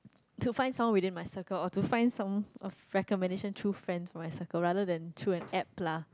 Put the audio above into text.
to find someone within my circle or to find some of recommendation through friends for my circle rather than through an app lah